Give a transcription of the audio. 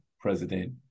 President